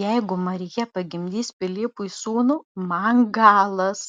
jeigu marija pagimdys pilypui sūnų man galas